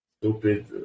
stupid